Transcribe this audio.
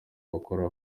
bakora